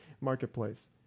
marketplace